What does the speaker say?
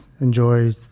enjoy